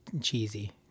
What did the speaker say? cheesy